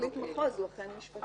פרקליט מחוז הוא אכן משפטי,